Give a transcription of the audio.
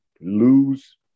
lose